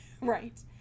right